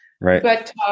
Right